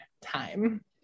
time